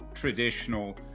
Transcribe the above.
traditional